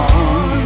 on